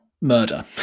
murder